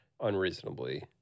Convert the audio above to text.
unreasonably